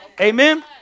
Amen